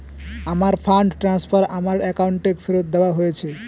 আমার fund transfer আমার অ্যাকাউন্টে ফেরত দেওয়া হয়েছে